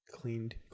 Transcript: Cleaned